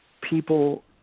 people